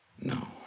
No